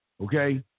Okay